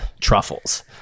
truffles